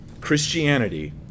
Christianity